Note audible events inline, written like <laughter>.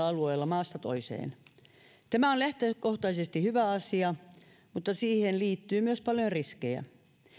<unintelligible> alueella maasta toiseen tämä on lähtökohtaisesti hyvä asia mutta siihen liittyy myös paljon riskejä